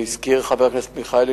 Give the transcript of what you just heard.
הזכיר חבר הכנסת מיכאלי,